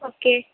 okay